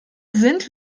sind